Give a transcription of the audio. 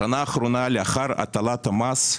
בשנה האחרונה, לאחר הטלת המס,